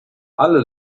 alle